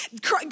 God